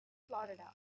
florida